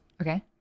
Okay